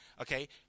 Okay